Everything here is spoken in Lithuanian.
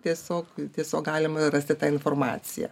tiesiog tiesiog galima ir rasti tą informaciją